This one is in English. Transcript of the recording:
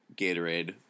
gatorade